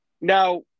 Now